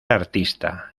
artista